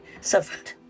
suffered